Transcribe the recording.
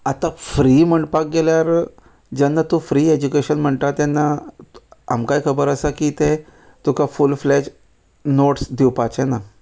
आतां फ्री म्हणपाक गेल्यार जेन्ना तूं फ्री एजुकेशन म्हणटा तेन्ना आमकांय खबर आसा की तें तुका फूल फ्लॅज नोट्स दिवपाचे ना